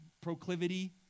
proclivity